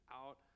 out